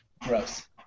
Gross